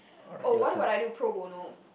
oh what do what I do pro bono